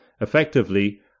effectively